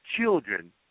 children